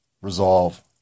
resolve